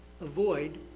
avoid